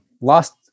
Lost